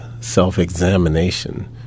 self-examination